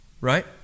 right